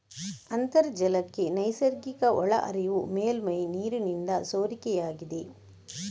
ಅಂತರ್ಜಲಕ್ಕೆ ನೈಸರ್ಗಿಕ ಒಳಹರಿವು ಮೇಲ್ಮೈ ನೀರಿನಿಂದ ಸೋರಿಕೆಯಾಗಿದೆ